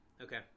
Okay